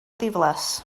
ddiflas